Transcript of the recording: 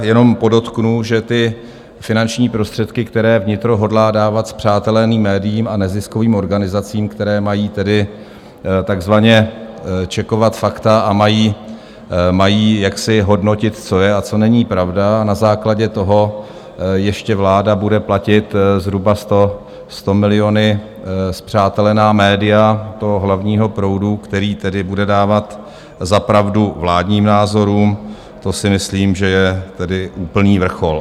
Jenom podotknu, že ty finanční prostředky, které vnitro hodlá dávat spřáteleným médiím a neziskovým organizacím, které mají tedy takzvaně čekovat fakta a mají jaksi hodnotit, co je a co není pravda, na základě toho ještě vláda bude platit zhruba sto, sto miliony spřátelená média toho hlavního proudu, který tedy bude dávat za pravdu vládním názorům, to si myslím, že je tedy úplný vrchol.